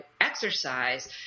exercise